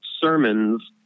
sermons